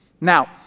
Now